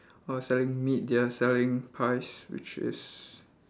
of selling meat they are selling pies which is